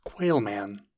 Quailman